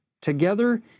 together